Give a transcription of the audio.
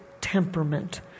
temperament